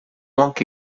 anche